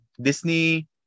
Disney